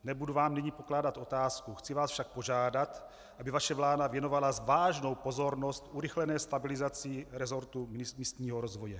Nebudu vám nyní pokládat otázku, chci vás však požádat, aby vaše vláda věnovala vážnou pozornost urychlené stabilizaci resortu místního rozvoje.